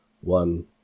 one